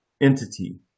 entity